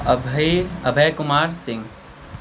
अभी अभय कुमार सिंह